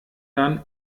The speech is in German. dann